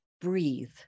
breathe